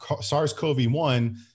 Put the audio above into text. SARS-CoV-1